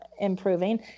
improving